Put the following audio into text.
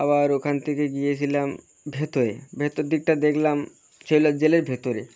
আবার ওখান থেকে গিয়েছিলাম ভেতরে ভেতর দিকটা দেখলাম সেলুলার জেলের ভেতরে